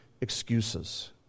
excuses